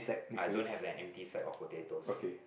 I don't have an empty side of potatoes